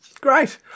great